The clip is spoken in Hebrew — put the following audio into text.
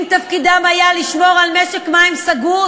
אם תפקידם היה לשמור על משק מים סגור,